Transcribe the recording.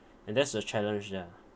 and that's the challenge ya